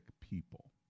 people